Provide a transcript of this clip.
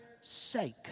sake